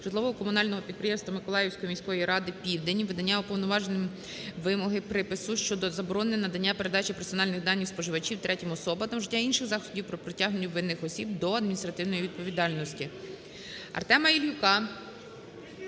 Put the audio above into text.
(житлово-комунального підприємства Миколаївської міської ради "Південь"), видання Уповноваженим вимоги (припису) щодо заборони надання (передачі) персональних даних споживачів третім особам та вжиття інших заходів по притягненню винних осіб до адміністративної відповідальності.